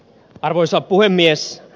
arvoisa puhemies